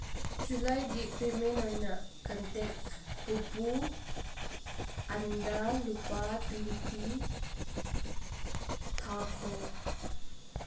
ꯖꯨꯂꯥꯏꯒꯤ ꯄꯦꯃꯦꯟ ꯑꯣꯏꯅ ꯀꯟꯇꯦꯛ ꯄꯨꯄꯨ ꯑꯟꯗ ꯂꯨꯄꯥ ꯇ꯭ꯋꯦꯟꯇꯤ ꯊꯥꯈꯣ